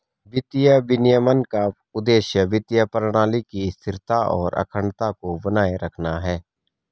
वित्तीय विनियमन का उद्देश्य वित्तीय प्रणाली की स्थिरता और अखंडता को बनाए रखना है